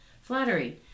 Flattery